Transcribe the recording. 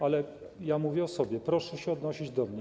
Ale ja mówię o sobie, proszę się odnosić do mnie.